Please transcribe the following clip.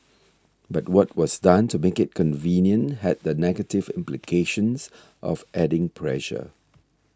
but what was done to make it convenient had the negative implications of adding pressure